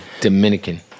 Dominican